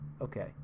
Okay